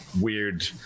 weird